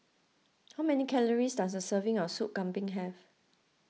how many calories does a serving of Soup Kambing have